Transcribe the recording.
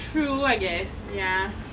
true I guess ya